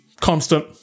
constant